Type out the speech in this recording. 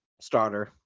starter